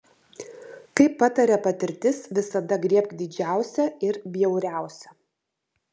kaip pataria patirtis visada griebk didžiausią ir bjauriausią